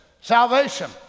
Salvation